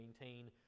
maintain